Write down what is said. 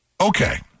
Okay